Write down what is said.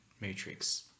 matrix